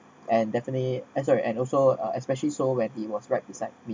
and definitely eh sorry and also uh especially so when it was right beside me